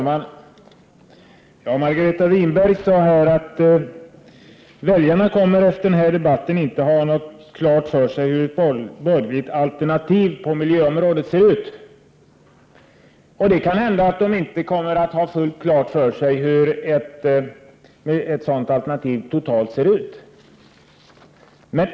Herr talman! Margareta Winberg sade att väljarna efter den här debatten inte kommer att ha klart för sig hur ett borgerligt alternativ på miljöområdet ser ut. Det kan hända att de inte kommer att ha fullt klart för sig hur ett sådant alternativ totalt ser ut.